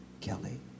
Kelly